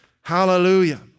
Hallelujah